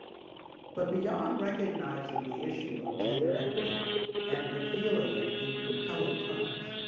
but beyond recognizing the issue of gender equity and revealing it in compelling terms,